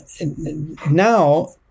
Now